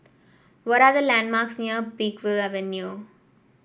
what are the landmarks near Peakville Avenue